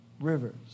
rivers